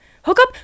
Hookup